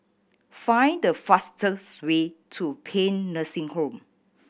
find the fastest way to Paean Nursing Home